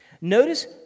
Notice